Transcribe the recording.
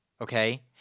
okay